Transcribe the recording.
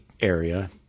area